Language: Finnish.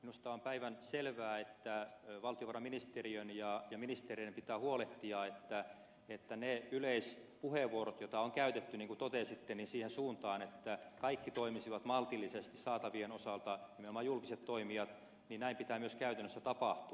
minusta on päivänselvää että valtiovarainministeriön ja ministereiden pitää huolehtia siitä että kun on yleispuheenvuoroja käytetty niin kuin totesitte siihen suuntaan että kaikki toimisivat maltillisesti saatavien osalta nimenomaan julkiset toimijat niin näin pitää myös käytännössä tapahtua